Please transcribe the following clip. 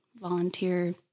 volunteer